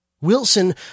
Wilson